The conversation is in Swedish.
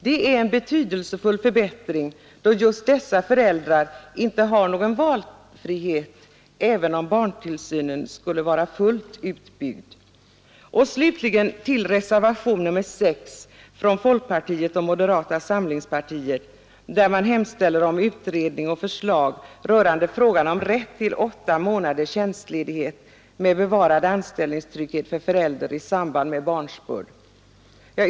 Det är en betydelsefull förbättring, då just dessa föräldrar inte har någon valfrihet ens om barntillsynen skulle vara fullt utbyggd. Slutligen till reservationen 6 från folkpartiet och moderata samlingspartiet, där man hemställer om utredning och förslag rörande frågan om rätt till 8 månaders tjänstledighet med bevarad anställningstrygghet för föräldrar i samband med barnsbörd.